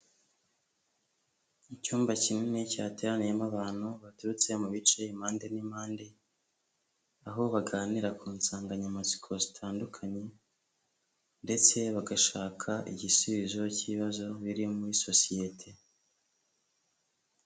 Icyumba kinini cyateraniyemo abantu baturutse mu bice, impande n'impande, aho baganira ku nsanganyamatsiko zitandukanye ndetse bagashaka igisubizo cy'ibibazo biri muri sosiyete.